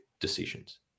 decisions